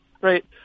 Right